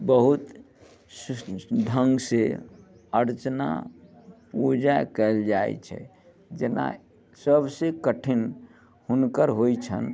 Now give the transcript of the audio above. बहुत ढङ्गसँ अर्चना पूजा कयल जाइ छै जेना सभसँ कठिन हुनकर होइ छनि